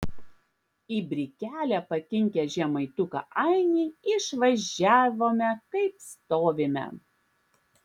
į brikelę pakinkę žemaituką ainį išvažiavome kaip stovime